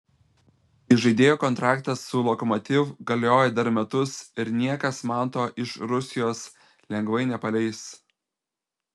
įžaidėjo kontraktas su lokomotiv galioja dar metus ir niekas manto iš rusijos lengvai nepaleis